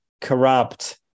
corrupt